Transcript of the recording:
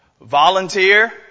Volunteer